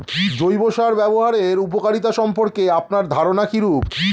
জৈব সার ব্যাবহারের উপকারিতা সম্পর্কে আপনার ধারনা কীরূপ?